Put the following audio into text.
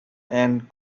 and